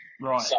Right